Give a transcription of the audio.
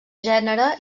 gènere